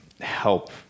help